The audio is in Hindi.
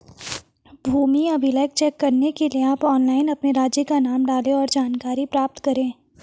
भूमि अभिलेख चेक करने के लिए आप ऑनलाइन अपने राज्य का नाम डालें, और जानकारी प्राप्त करे